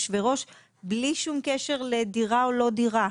וראש בלי שום קשר לדירה או לא דירה,